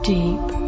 deep